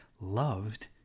loved